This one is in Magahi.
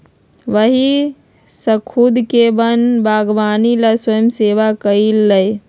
वही स्खुद के वन बागवानी ला स्वयंसेवा कई लय